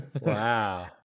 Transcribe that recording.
Wow